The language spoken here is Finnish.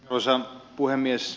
arvoisa puhemies